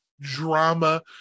drama